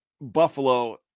Buffalo